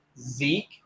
Zeke